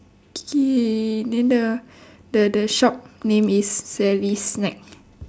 K then the the the shop name is sally snack